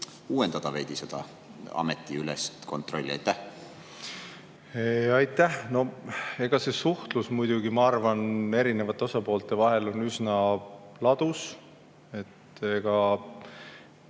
uuendada veidi seda ametiülest kontrolli? Aitäh! No see suhtlus muidugi, ma arvan, erinevate osapoolte vahel on üsna ladus.